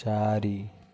ଚାରି